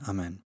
Amen